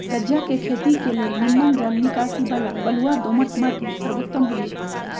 गञजा के खेती के लेल निम्मन जल निकासी बला बलुआ दोमट माटि सर्वोत्तम होइ छइ